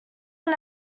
are